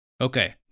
Okay